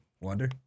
Wonder